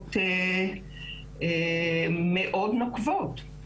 המלצות מאוד נוקבות.